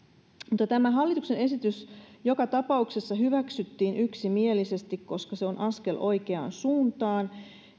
tämä hallituksen esitys joka tapauksessa hyväksyttiin yksimielisesti koska se on askel oikeaan suuntaan